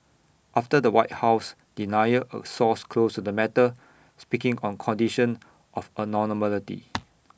after the white house denial A source close to the matter speaking on condition of